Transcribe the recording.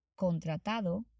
contratado